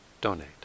donate